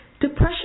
Depression